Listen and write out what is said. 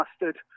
mustard